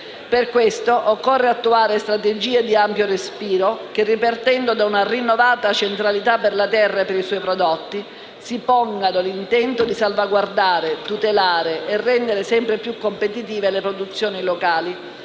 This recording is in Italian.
Per questo motivo, occorre attuare strategie di ampio respiro che, ripartendo da una rinnovata centralità per la terra e per i suoi prodotti, si pongano l'intento di salvaguardare, tutelare e rendere sempre più competitive le produzioni locali,